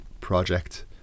project